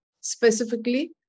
specifically